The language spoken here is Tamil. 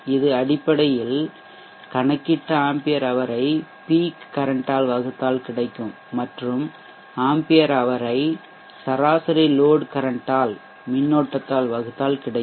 இது அடிப்படையில் கணக்கிட்ட ஆம்பியர் ஹவர் ஐ பீக் கரன்ட்டால் வகுத்தால் கிடைக்கும் மற்றும் ஆம்பியர் ஹவர் ஐ சராசரி லோட் கரன்ட்டால் மின்னோட்டத்தால் வகுத்தால் கிடைக்கும்